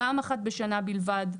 פעם אחת בשנה בלבד,